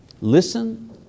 listen